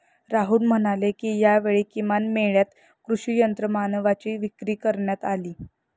राहुल म्हणाले की, यावेळी किसान मेळ्यात कृषी यंत्रमानवांची विक्री करण्यात आली